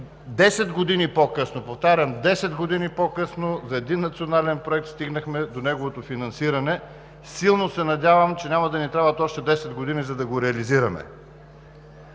10 години по късно, повтарям, 10 години по-късно за един национален проект стигнахме до неговото финансиране. Силно се надявам, че няма да ни трябват още 10 години, за да го реализираме.